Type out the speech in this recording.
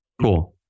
Cool